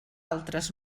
altres